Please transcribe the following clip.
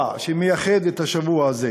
השבוע שמייחד את השבוע הזה?